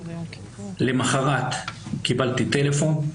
למוחרת קיבלתי טלפון.